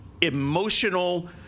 emotional